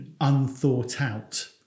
unthought-out